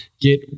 get